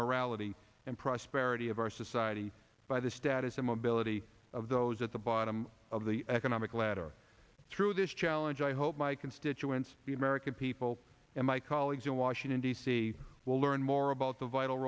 morality and prosperity of our society by the status of mobility of those at the bottom of the economic ladder through this challenge i hope my constituents the american people and my colleagues in washington d c will learn more about the vital